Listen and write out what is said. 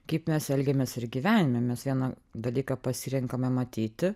kaip mes elgiamės ir gyvenime mes vieną dalyką pasirenkame matyti